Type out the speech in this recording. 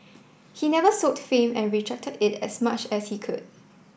he never sought fame and rejected it as much as he could